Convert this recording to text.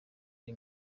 ari